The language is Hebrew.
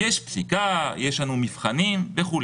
אלא אם הוא פנסיונר כי אז הוא מתחיל את המדרגות בכל